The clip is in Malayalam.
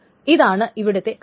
ഇതാണ് ഇവിടുത്തെ കാര്യം